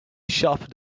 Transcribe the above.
sharpened